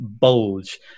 bulge